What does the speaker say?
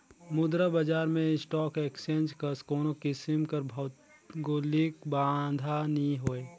मुद्रा बजार में स्टाक एक्सचेंज कस कोनो किसिम कर भौगौलिक बांधा नी होए